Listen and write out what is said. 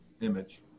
image